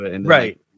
right